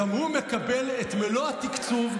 גם הוא מקבל את מלוא התקציב,